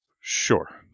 Sure